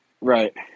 Right